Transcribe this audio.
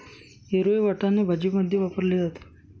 हिरवे वाटाणे भाजीमध्ये वापरले जातात